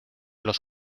los